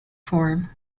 form